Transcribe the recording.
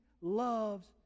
loves